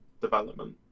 development